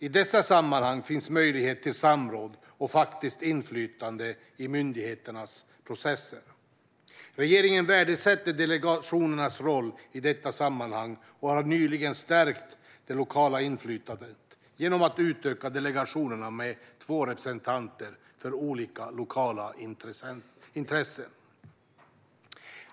I dessa sammanhang finns möjlighet till samråd och faktiskt inflytande i myndigheternas processer. Regeringen värdesätter delegationernas roll i detta sammanhang och har nyligen stärkt det lokala inflytandet genom att utöka delegationerna med två representanter för olika lokala intressen.